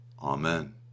Amen